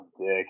Dude